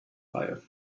reihe